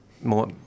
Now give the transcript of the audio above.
more